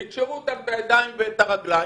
יקשרו אותם בידיים וברגליים,